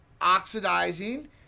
oxidizing